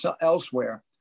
elsewhere